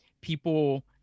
people